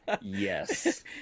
yes